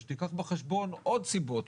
כדי שתיקח בחשבון עוד סיבות,